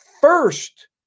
first